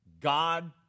God